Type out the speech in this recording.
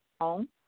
home